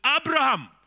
Abraham